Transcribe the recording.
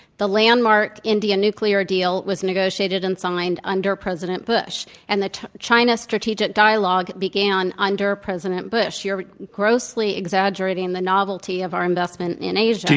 the landmark india nuclear deal was negotiated and signed under president bush and the china strategic dialogue began under president bush. you're grossly exaggerating the novelty of our investment in asia.